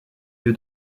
lieu